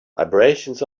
vibrations